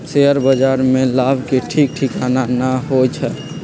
share बाजार में लाभ के ठीक ठिकाना न होइ छइ